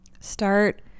Start